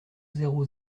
zéro